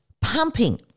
pumping